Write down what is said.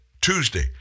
Tuesday